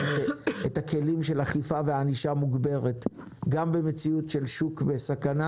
כלי האכיפה והענישה המוגברות גם במציאות של שוק בסכנה